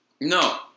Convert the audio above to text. No